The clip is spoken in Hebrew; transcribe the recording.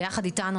ביחד איתנו,